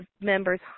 members